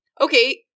Okay